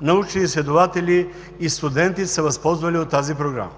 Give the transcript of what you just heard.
научни изследователи и студенти са се възползвали от тази програма.